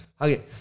Okay